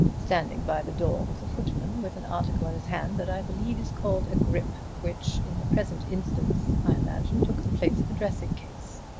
standing by the door was a footman with an article in his hand that i believe is called a grip, which, in the present instance, i imagine took the place of a dressing case.